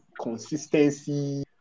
consistency